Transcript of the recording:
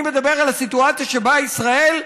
אני מדבר על הסיטואציה שבה ישראל,